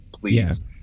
please